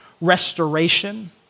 Restoration